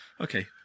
Okay